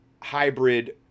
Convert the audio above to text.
hybrid